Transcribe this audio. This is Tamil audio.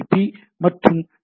பி மற்றும் டி